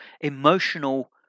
emotional